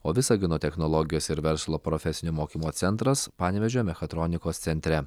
o visagino technologijos ir verslo profesinio mokymo centras panevėžio mechatronikos centre